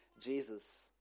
Jesus